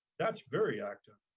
that's very active.